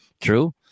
True